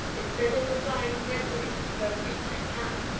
instead of replying readily and firmly i can,